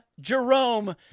Jerome